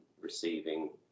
receiving